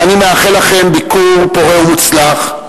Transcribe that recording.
ואני מאחל לכם ביקור פורה ומוצלח.